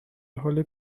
حال